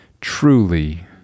truly